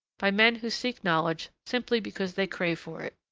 by men who seek knowledge simply because they crave for it.